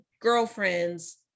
girlfriends